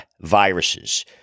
viruses